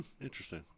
interesting